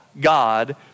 God